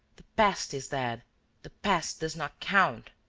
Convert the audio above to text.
the past is dead the past does not count.